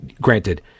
granted